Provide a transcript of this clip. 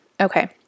Okay